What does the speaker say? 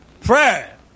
Prayer